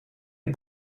het